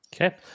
Okay